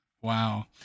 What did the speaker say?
Wow